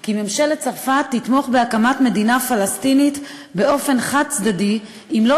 כי ממשלת צרפת תתמוך בהקמת מדינה פלסטינית באופן חד-צדדי אם לא